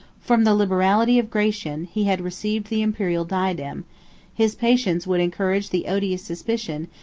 from the liberality of gratian, he had received the imperial diadem his patience would encourage the odious suspicion,